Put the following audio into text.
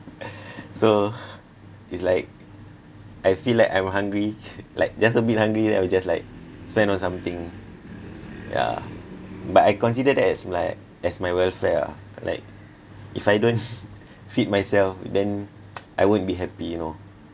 so it's like I feel like I'm hungry like just a bit hungry right I will just like spend on something yeah but I consider that as like as my welfare ah like if I don't feed myself then I won't be happy you know